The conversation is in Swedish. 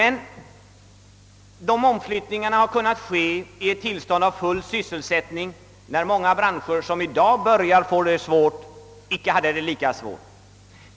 De nämnda omflyttningarna har kunnat ske under tider av full sysselsättning, när många branscher som nu börjar ligga illa till inte hade det lika svårt.